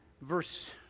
verse